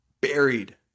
buried